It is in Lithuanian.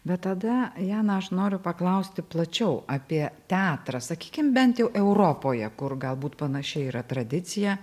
bet tada jana aš noriu paklausti plačiau apie teatrą sakykim bent jau europoje kur galbūt panaši yra tradicija